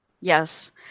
Yes